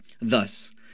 Thus